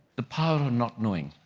the power of not knowing.